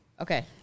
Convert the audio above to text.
Okay